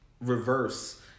reverse